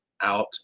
out